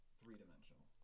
three-dimensional